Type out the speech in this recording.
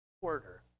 quarter